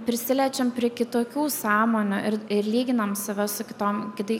prisiliečiam prie kitokių sąmonių ir ir lyginam save su kitom kitai